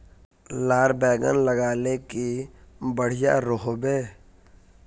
लार बैगन लगाले की बढ़िया रोहबे?